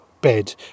bed